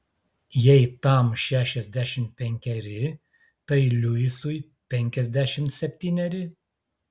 jei tam šešiasdešimt penkeri tai luisui penkiasdešimt septyneri